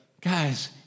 Guys